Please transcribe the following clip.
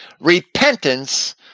Repentance